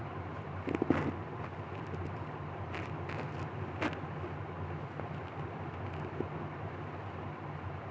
मेरे अकाउंट में अनुकुल केतना बियाज के पैसा अलैयहे?